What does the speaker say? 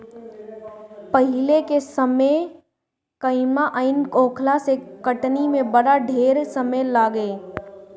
पहिले के समय कंबाइन नाइ होखला से कटनी में बड़ा ढेर समय लागे